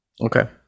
Okay